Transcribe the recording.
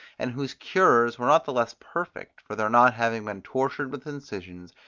and whose cures were not the less perfect for their not having been tortured with incisions,